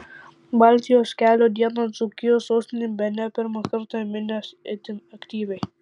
baltijos kelio dieną dzūkijos sostinė bene pirmą kartą minęs itin aktyviai